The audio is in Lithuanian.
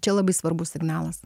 čia labai svarbus signalas